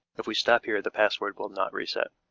if we stop here, the password will not reset.